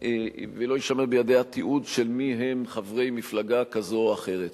ולא יישמר בידי המדינה תיעוד של מי הם חברי מפלגה כזאת או אחרת.